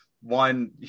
One